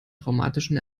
traumatischen